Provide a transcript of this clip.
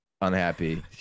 unhappy